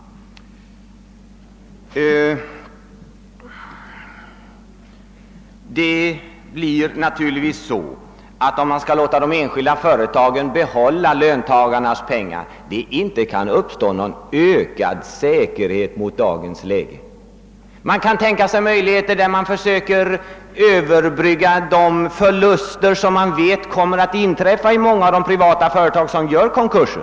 Om man skall låta de enskilda företagen behålla löntagarnas pengar kommer detta naturligtvis inte att medföra att det uppstår någon ökad säkerhet jämfört med nu. Möjligheter kan tänkas där man försöker överbrygga de förluster som man vet kommer att inträffa i många av de privata företag som gör konkurs.